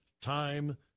time